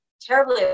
terribly